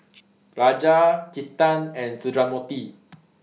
Raja Chetan and Sundramoorthy